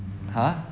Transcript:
ha